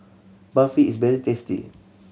Barfi is very tasty